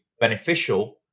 beneficial